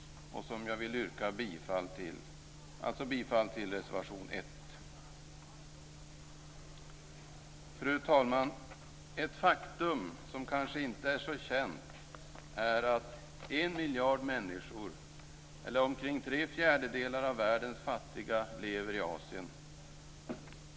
Jag yrkar bifall till reservation nr 1. Fru talman! Ett faktum som kanske inte är så känt är att en miljard människor eller omkring tre fjärdedelar av världens fattiga lever i Asien.